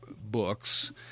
books